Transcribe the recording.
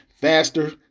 faster